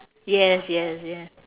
yes yes yes